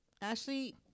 Ashley